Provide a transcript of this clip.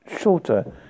shorter